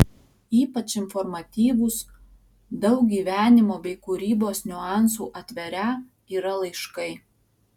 ypač informatyvūs daug gyvenimo bei kūrybos niuansų atverią yra laiškai